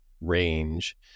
range